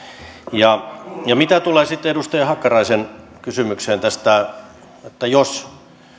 mitä tulee sitten edustaja hakkaraisen kysymykseen tästä että jos